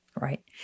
Right